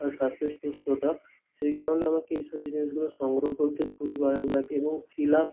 স্বাস্থ্যের সুস্থতা সেই কারণে আমাকে এইসব জিনিসগুলো সংগ্রহ করতে খুবই ভালো লাগে এবং শিলা